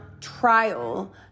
trial